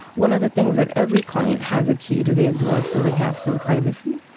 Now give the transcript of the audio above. one of the things that every client has a key to their doors. so they have some privacy.